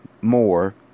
more